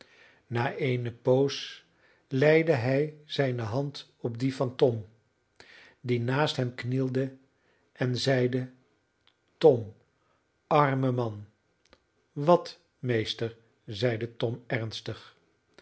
na eene poos leide hij zijne hand op die van tom die naast hem knielde en zeide tom arme man wat meester zeide tom ernstig